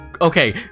Okay